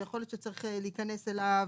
ויכול להיות שצריך להיכנס אליו.